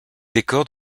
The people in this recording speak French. décors